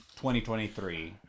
2023